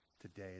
today